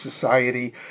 Society